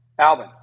Alvin